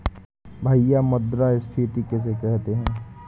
भैया मुद्रा स्फ़ीति किसे कहते हैं?